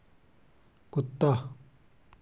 कुत्ता